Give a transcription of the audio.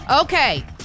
Okay